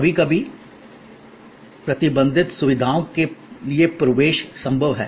कभी कभी प्रतिबंधित सुविधाओं के लिए प्रवेश संभव है